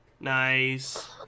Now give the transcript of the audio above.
Nice